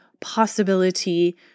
possibility